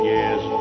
Yes